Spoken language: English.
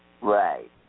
Right